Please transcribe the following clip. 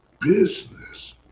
business